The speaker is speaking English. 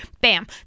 bam